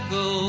go